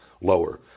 lower